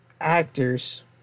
actors